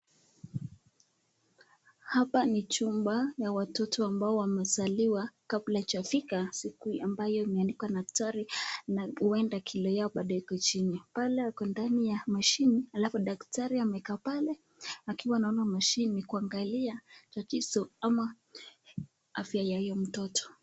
Hapa ni chumba ya watoto ambao wamezaliwa kabla haijafika siku ambayo imeandikwa na daktari na huenda kilo yao bado iko chini pale ako ndani ya mashini halafu daktari amekaa pale akiwa anona mashini kungalia tatizo ama afya ya huyo mtoto.